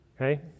okay